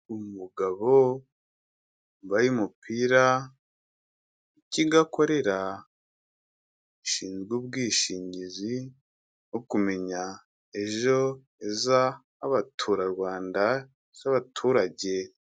Umugabo wambaye umupira w'ikigo akorera, gishinzwe ubwishingizi bwo kumenya ejo heza h'abaturarwanda z'abaturage...